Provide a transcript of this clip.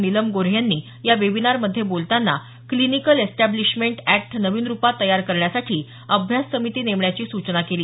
नीलम गोऱ्हे यांनी या वेबिनारमध्ये बोलताना क्लिनिकल एस्टॅब्लिशमेंट एक्ट नवीन रुपात तयार करण्यासाठी अभ्यास समिती नेमण्याची सूचना केली